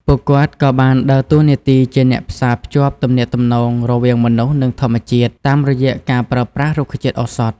ពួកគាត់ក៏បានដើរតួនាទីជាអ្នកផ្សារភ្ជាប់ទំនាក់ទំនងរវាងមនុស្សនិងធម្មជាតិ តាមរយៈការប្រើប្រាស់រុក្ខជាតិឱសថ។